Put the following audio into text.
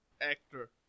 actor